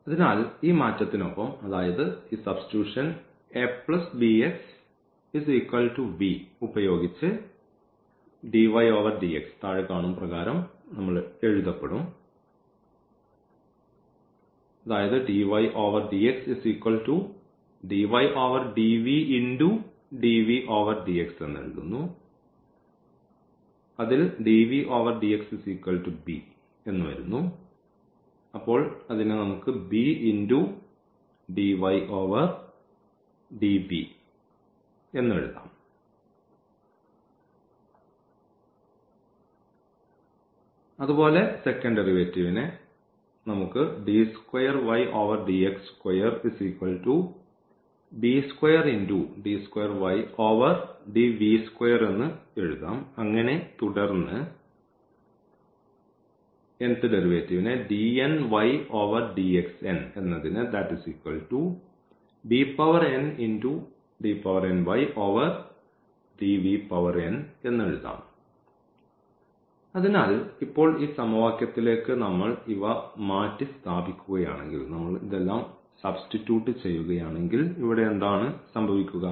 അതിനാൽ ഈ മാറ്റത്തിനൊപ്പം അതായത് ഈ സബ്സ്റ്റിറ്റ്യൂഷൻ ഉപയോഗിച്ച് dydx താഴെ കാണും പ്രകാരം എഴുതപ്പെടും അതിനാൽ ഇപ്പോൾ ഈ സമവാക്യത്തിലേക്ക് നമ്മൾ ഇവ മാറ്റിസ്ഥാപിക്കുകയാണെങ്കിൽ ഇവിടെ എന്താണ് സംഭവിക്കുക